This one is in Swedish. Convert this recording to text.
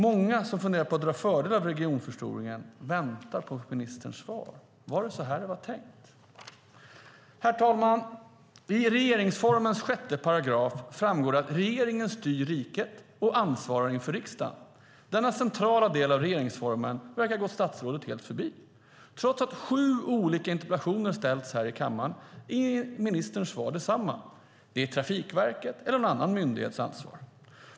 Många som funderar på att dra fördel av regionförstoringen väntar på ministerns svar. Var det så det var tänkt? Herr talman! Av 1 kap. 6 § regeringsformen framgår att regeringen styr riket och ansvarar inför riksdagen. Denna centrala del av regeringsformen verkar ha gått statsrådet helt förbi. Trots att sju olika interpellationer ställts i kammaren är ministerns svar detsamma, att det är Trafikverkets eller någon annan myndighets ansvar.